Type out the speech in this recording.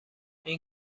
این